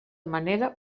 manera